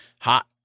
Hot